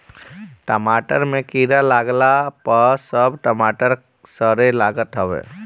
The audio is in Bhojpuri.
टमाटर में कीड़ा लागला पअ सब टमाटर सड़े लागत हवे